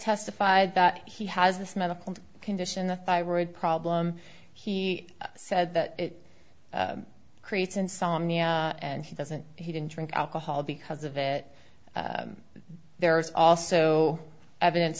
testified that he has this medical condition the thyroid problem he said that it creates insomnia and he doesn't he didn't drink alcohol because of it there is also evidence